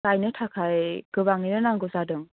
गायनो थाखाय गोबाङैनो नांगौ जादों